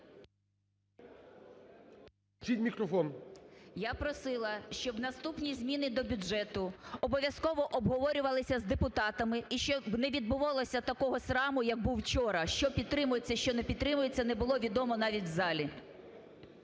Я просила, щоб наступні зміни до бюджету обов'язково обговорювалися з депутатами, і щоб не відбувалося такого сраму, як був вчора, що підтримується, що не підтримується – не було відомо навіть в залі.